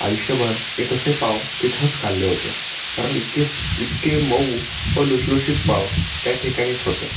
आयुष्यभर मी तसे पाव तिथंच खाल्ले होते कारण इतके सु इतके मऊ व लुसलुशीत पाव त्या ठिकाणीच होते